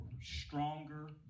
stronger